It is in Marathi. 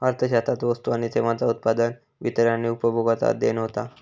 अर्थशास्त्रात वस्तू आणि सेवांचा उत्पादन, वितरण आणि उपभोगाचा अध्ययन होता